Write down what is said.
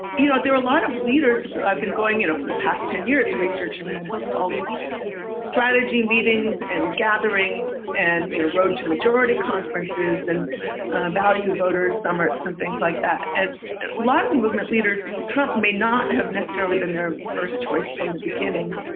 you know, there are a lot of leaders that i've been going in for the past ten years researching my book. all these strategy meetings and gatherings and, you know, road to majority conferences and value voters summit and things like that. a lot of the movement leaders, trump may not have necessarily been their first choice from the beginning,